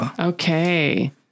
Okay